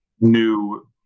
new